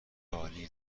عالی